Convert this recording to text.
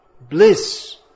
bliss